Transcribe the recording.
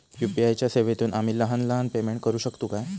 UPI च्या सेवेतून आम्ही लहान सहान पेमेंट करू शकतू काय?